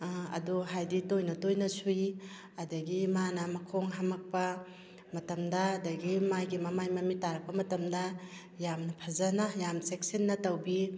ꯑꯗꯣ ꯍꯥꯏꯕꯗꯤ ꯇꯣꯏꯅ ꯇꯣꯏꯅ ꯁꯨꯏ ꯑꯗꯨꯗꯒꯤ ꯃꯥꯅ ꯃꯈꯣꯡ ꯍꯥꯝꯃꯛꯄ ꯃꯇꯝꯗ ꯑꯗꯨꯗꯒꯤ ꯃꯥꯒꯤ ꯃꯃꯥꯏ ꯃꯃꯤꯠ ꯇꯥꯔꯛꯄ ꯃꯇꯝꯗ ꯌꯥꯝꯅ ꯐꯖꯅ ꯌꯥꯝ ꯆꯦꯛꯁꯤꯟꯅ ꯇꯧꯕꯤ